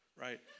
Right